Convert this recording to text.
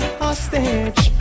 hostage